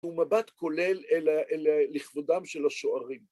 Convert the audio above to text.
ומבט כולל אל.. לכבודם של השוערים.